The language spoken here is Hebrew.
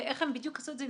ואיך הם בדיוק עשו את זה,